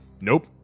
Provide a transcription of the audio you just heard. Nope